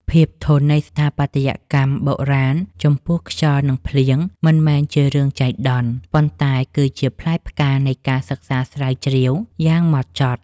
ភាពធន់នៃស្ថាបត្យកម្មបុរាណចំពោះខ្យល់ និង ភ្លៀងមិនមែនជារឿងចៃដន្យ ប៉ុន្តែគឺជាផ្លែផ្កានៃការសិក្សាស្រាវជ្រាវយ៉ាងហ្មត់ចត់។